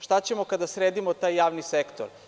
Šta ćemo kada sredimo taj javni sektor?